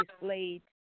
displayed